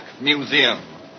Museum